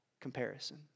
comparison